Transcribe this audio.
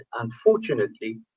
unfortunately